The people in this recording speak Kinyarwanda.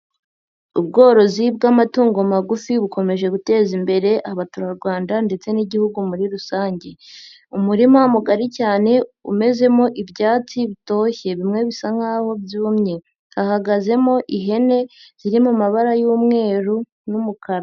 Ubworozi bw'amatungo magufi bukomeje guteza imbere abaturarwanda ndetse n'igihugu muri rusange, umurima mugari cyane umezemo ibyatsi bitoshye bimwe bisa nkaho byumye hahagazemo ihene ziri mu mabara y'umweru n'umukara.